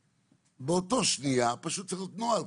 באותה שנייה צריך להיות נוהל,